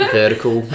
vertical